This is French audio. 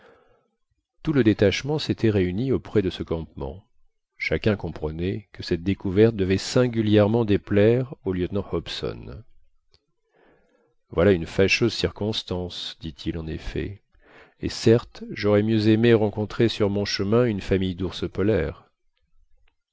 tout le détachement s'était réuni auprès de ce campement chacun comprenait que cette découverte devait singulièrement déplaire au lieutenant hobson voilà une fâcheuse circonstance dit-il en effet et certes j'aurais mieux aimé rencontrer sur mon chemin une famille d'ours polaires